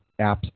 apps